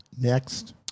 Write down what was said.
Next